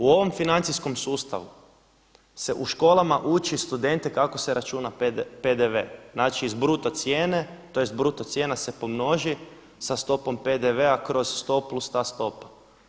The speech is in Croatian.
U ovom financijskom sustavu se u školama uči studente kako se računa PDV, znači iz bruto cijene tj. bruto cijena se pomnoži sa stopom PDV-a kroz sto plus ta stopa.